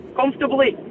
comfortably